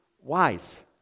wise